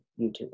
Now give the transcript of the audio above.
youtube